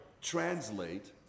translate